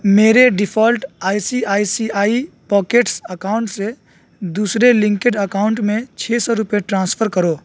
میرے ڈیفالٹ آئی سی آئی سی آئی pockets account سے دوسرے لینکیڈ اکاؤنٹ میں چھ سو روپئے ٹرانسفر کرو